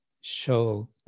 show